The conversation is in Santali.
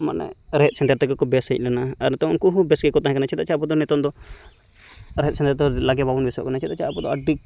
ᱢᱟᱱᱮ ᱨᱮᱦᱮᱫ ᱥᱮᱸᱫᱷᱮᱫ ᱛᱮᱜᱮ ᱠᱚ ᱵᱮᱥ ᱦᱮᱡ ᱞᱮᱱᱟ ᱟᱨ ᱱᱤᱛᱚᱝ ᱩᱝᱠᱩ ᱦᱚᱸ ᱵᱮᱥ ᱜᱮᱠᱚ ᱛᱟᱦᱮᱸ ᱠᱟᱱᱟ ᱪᱮᱫᱟᱜ ᱪᱮ ᱟᱵᱚ ᱫᱚ ᱱᱤᱛᱚᱝ ᱫᱚ ᱨᱮᱦᱮᱫ ᱥᱮᱸᱫᱮᱫ ᱫᱚ ᱞᱟᱜᱮ ᱵᱟᱵᱚᱱ ᱵᱮᱥᱚᱜ ᱠᱟᱱᱟ ᱪᱮᱫᱟᱜ ᱪᱮ ᱟᱵᱚ ᱫᱚ ᱟᱹᱰᱤ